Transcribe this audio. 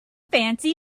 fancy